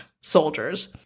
soldiers